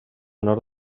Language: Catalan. nord